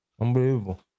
Unbelievable